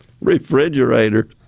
refrigerator